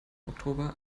oktober